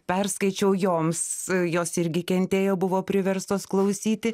perskaičiau joms jos irgi kentėjo buvo priverstos klausyti